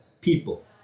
people